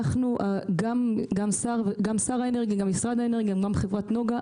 גם אצל שר האנרגיה וגם במשרד האנרגיה וחברת נגה,